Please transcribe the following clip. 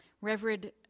Reverend